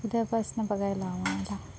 उद्यापासून बघायला हवा मला